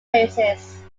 places